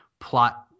plot